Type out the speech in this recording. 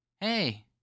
Hey